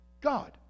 God